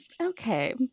okay